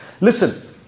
Listen